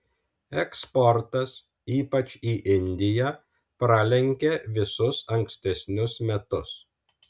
eksportas ypač į indiją pralenkia visus ankstesnius metus